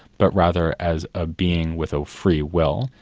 but rather as a being with a free will,